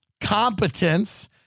competence